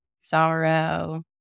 sorrow